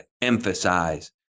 emphasize